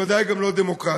וודאי גם לא דמוקרטית.